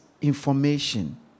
information